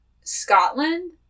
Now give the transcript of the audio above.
Scotland